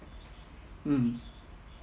mm